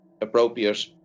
appropriate